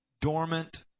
dormant